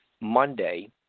Monday